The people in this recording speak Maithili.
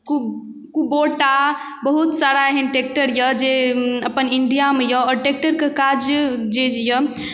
कु कुबोटा बहुत सारा एहन ट्रैक्टर अइ जे अपन इण्डियामे अइ आओर ट्रैक्टरके काज जे अइ